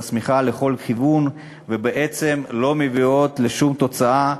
השמיכה לכל כיוון ובעצם לא מביאות לשום תוצאה.